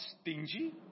stingy